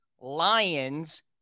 Lions